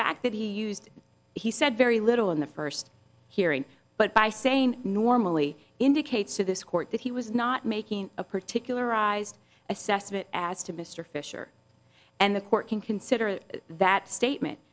fact that he used he said very little in the first hearing but by saying normally indicates to this court that he was not making a particular arised assessment as to mr fisher and the court can consider that statement